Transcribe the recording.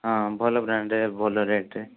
ହଁ ଭଲ ବ୍ରାଣ୍ଡ ରେ ଭଲ ରେଟ୍ ରେ